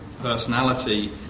personality